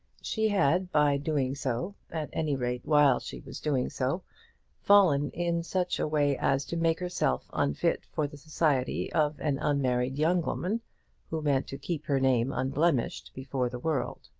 she had by doing so at any rate while she was doing so fallen in such a way as to make herself unfit for the society of an unmarried young woman who meant to keep her name unblemished before the world.